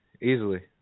easily